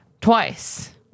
twice